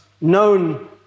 known